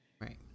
right